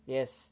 Yes